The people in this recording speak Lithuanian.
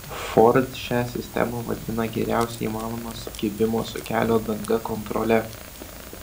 ford šią sistemą vadina geriausia įmanoma sukibimo su kelio danga kontrole